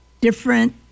different